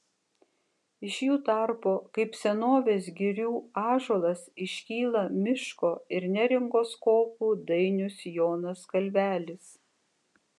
iš jų tarpo kaip senovės girių ąžuolas iškyla miško ir neringos kopų dainius jonas kalvelis